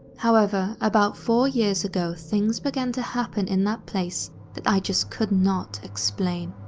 however, about four years ago things began to happen in that place that i just could not explain.